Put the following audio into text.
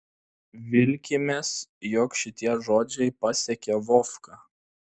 vilkimės jog šitie žodžiai pasiekė vovką